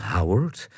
Howard